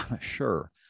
Sure